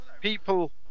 people